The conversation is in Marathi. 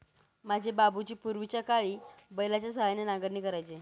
माझे बाबूजी पूर्वीच्याकाळी बैलाच्या सहाय्याने नांगरणी करायचे